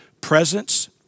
presence